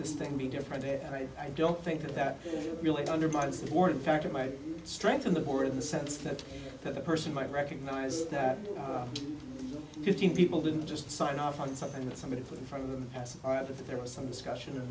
this thing be different i don't think that that really undermines the board in fact it might strengthen the board in the sense that that a person might recognize that fifteen people didn't just sign off on something that somebody put in front of them as i did that there was some discussion